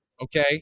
okay